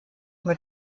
mit